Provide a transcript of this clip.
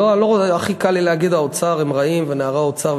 הכי קל לי להגיד שהאוצר הם רעים ונערי האוצר,